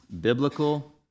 Biblical